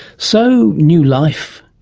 so, new life,